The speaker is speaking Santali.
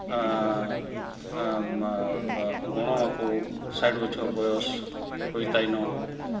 ᱜᱚᱲᱚ ᱟᱠᱚ ᱥᱟᱴ ᱵᱚᱪᱷᱚᱨ ᱵᱚᱭᱚᱥ ᱦᱩᱭ ᱛᱟᱭᱱᱚᱢ